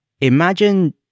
imagine